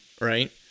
right